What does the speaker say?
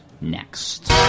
next